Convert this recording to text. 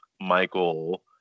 Michael